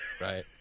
Right